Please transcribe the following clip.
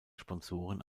sponsoren